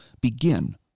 begin